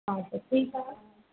ऐं त ठीकु आहे